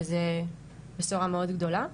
שזה בשורה מאוד גדולה.